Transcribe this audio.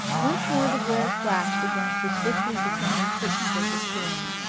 once more the glare flashed against the swiftly-descending curtains of the storm.